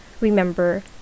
Remember